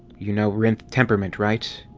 you know rynth temperment, right?